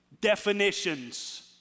definitions